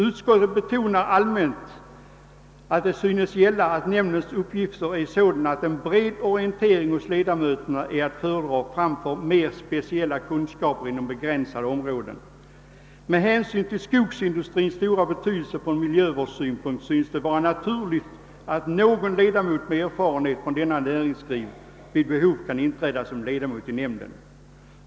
Utskottet betonar att allmänt synes gälla att nämndens uppgifter är sådana att en bred orientering hos ledamöterna är att föredra framför mer speciella kunskaper inom begränsade ämnesområden. Med hänsyn till skogsindustrins stora betydelse från miljövårdssynpunkt synes det vara naturligt att någon person med erfarenhet av denna näringsgren vid behov kan inträda som ledamot i nämnden.